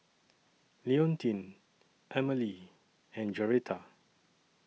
Leontine Amalie and Joretta